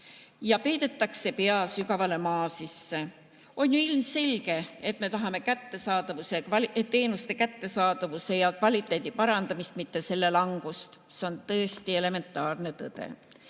ja peidetakse pea sügavale maa sisse. On ju ilmselge, et me tahame teenuste kättesaadavuse ja kvaliteedi parandamist, mitte nende langust. See on tõesti elementaarne tõde.